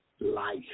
life